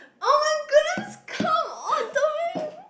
oh my goodness come on